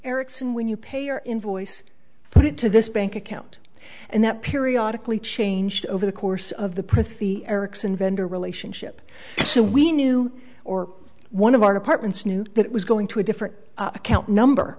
erikson when you pay your invoice put it to this bank account and that periodic lee changed over the course of the press the ericsson vendor relationship so we knew or one of our departments knew that it was going to a different account number